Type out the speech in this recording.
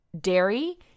dairy